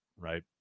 right